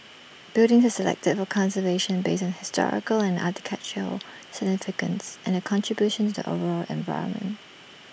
buildings are selected for conservation based on historical and architectural significance and their contribution to the overall environment